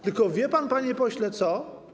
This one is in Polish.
Tylko wie pan, panie pośle, co?